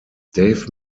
dave